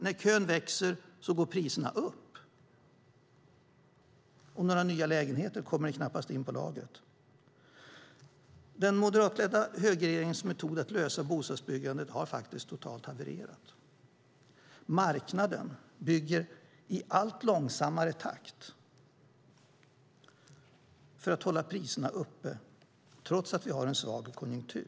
När kön växer går priserna upp, och några nya lägenheter kommer inte in på lagret. Den moderatledda högerregeringens metod att lösa bostadsbyggandet har totalt havererat. Marknaden bygger i allt långsammare takt för att hålla priserna uppe trots en svag konjunktur.